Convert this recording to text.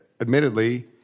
admittedly